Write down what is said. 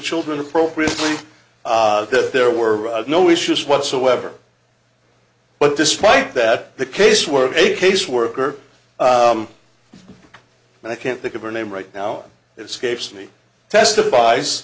children appropriately that there were no issues whatsoever but despite that the case worker a case worker and i can't think of her name right now if scapes me testifies